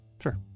Sure